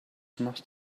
must